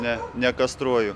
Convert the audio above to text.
ne nekastruoju